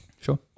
Sure